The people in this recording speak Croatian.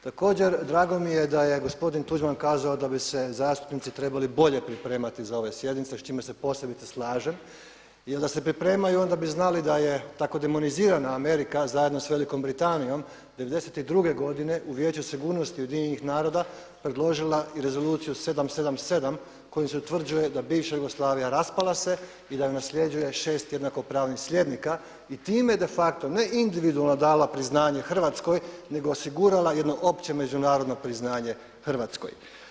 Također drago mi je da gospodin Tuđman kazao da bi se zastupnici trebali bolje pripremati za ove sjednice, s čime se posebice slažem jer da se pripremaju onda bi znali da je tako demonizirana Amerika zajedno sa Velikom Britanijom '92. godine u Vijeću sigurnosti UN-a predložila i Rezoluciju 777 kojom se utvrđuje da bivša Jugoslavija raspala se i da ju nasljeđuje šest jednakopravnih sljednika i time de facto ne individualno dala priznanje Hrvatskoj nego osigurala jedno opće međunarodno priznanje Hrvatskoj.